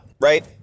right